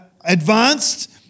advanced